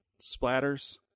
splatters